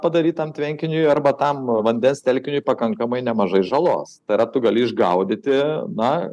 padaryt tam tvenkiniui arba tam vandens telkiniui pakankamai nemažai žalos tai yra tu gali išgaudyti na